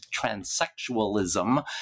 transsexualism